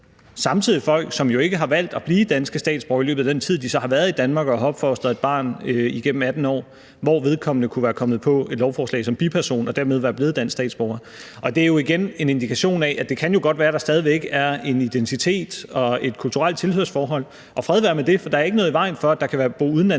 samtidig forældre, som jo ikke har valgt at blive danske statsborgere i løbet af den tid, de så har været i Danmark, og hvor de har opfostret et barn gennem 18 år der, hvor vedkommende kunne være kommet på lovforslaget som biperson og dermed være blevet dansk statsborger. Og det er jo igen en indikation af, at det godt kan være, at der stadig væk er en identitet og et kulturelt tilhørsforhold. Og fred være med det, for der er ikke noget i vejen for, at der kan bo udenlandske